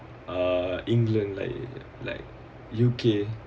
uh england like like U_K